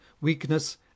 weakness